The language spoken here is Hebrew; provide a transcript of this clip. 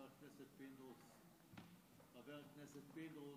לא הבנתי.